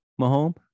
Mahomes